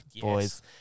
Boys